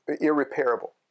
irreparable